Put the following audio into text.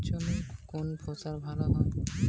নাতিশীতোষ্ণ অঞ্চলে কোন ফসল ভালো হয়?